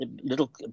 little